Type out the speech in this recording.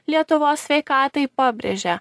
lietuvos sveikatai pabrėžė